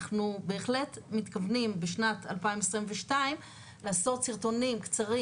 אנחנו בהחלט מתכוונים בשנת 2022 לעשות סרטונים קצרים,